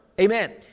Amen